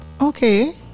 Okay